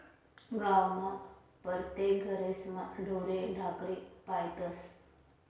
गावमा परतेक घरेस्मा ढोरे ढाकरे पायतस